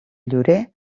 llorer